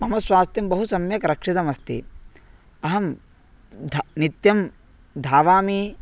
मम स्वास्थ्यं बहु सम्यक् रक्षितमस्ति अहं धा नित्यं धावामि